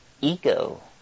ego